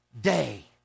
day